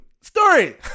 Story